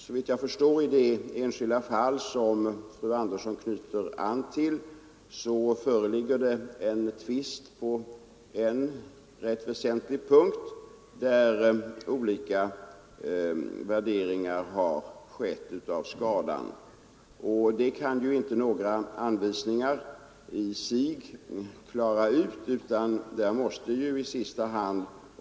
Såvitt jag förstår föreligger det i det enskilda fall som fru Andersson knyter an till en tvist på en rätt väsentlig punkt, där olika värderingar har gjorts beträffande skadan. Det kan inte några anvisningar i sig klara ut.